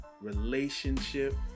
relationship